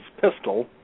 pistol